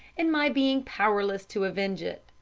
and my being powerless to avenge it.